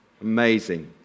Amazing